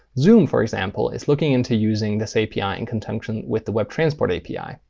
zoom, for example, it's looking into using this api in conjunction with the webtransport api.